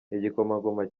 igikomangoma